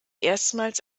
erstmals